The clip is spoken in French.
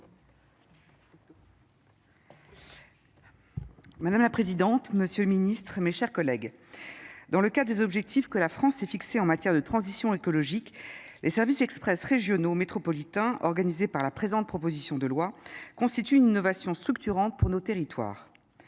Mᵐᵉ la Présidente, M. le Ministre, mes cher chers collègues, dans le cadre des objectifs que la France s'est fixés en matière de transition écologique, les services express régionaux métropolitains par la présente proposition de loi constituent une innovation structurante pour nos territoires,